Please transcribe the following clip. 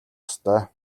ёстой